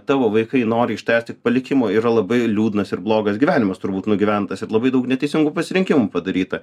tavo vaikai nori iš tavęs tik palikimo yra labai liūdnas ir blogas gyvenimas turbūt nugyventas ir labai daug neteisingų pasirinkimų padaryta